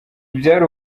byari